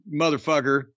motherfucker